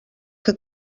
que